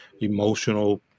emotional